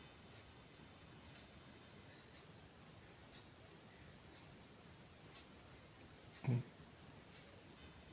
समुद्र रो जीव आरु बेल्विया मे रखलो गेलो छै